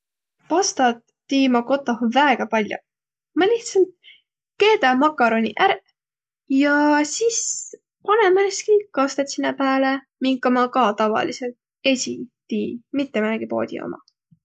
Pastat tii ma kotoh väega pall'o. Ma lihtsält keedä makaroniq ärq ja sis panõ määnestki kastõt sinnäq pääle, minka ma ka tavalisõlt esiq tii, mitte määnegi poodi uma.